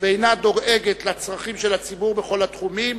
ואינה דואגת לצרכים של הציבור בכל התחומים.